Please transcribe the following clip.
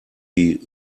die